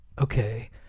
okay